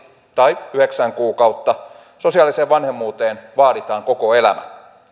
tai yhdeksän kuukautta sosiaaliseen vanhemmuuteen vaaditaan koko elämä